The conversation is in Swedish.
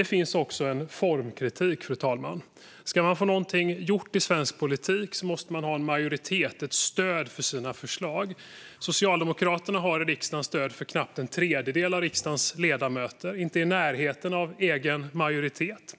Det finns också en formkritik, fru talman. Ska man få någonting gjort i svensk politik måste man ha en majoritet, ett stöd för sina förslag. Socialdemokraterna har i riksdagen stöd av knappt en tredjedel av riksdagens ledamöter och är inte i närheten av egen majoritet.